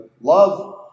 love